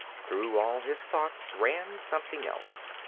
through all his thoughts ran something else,